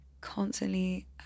constantly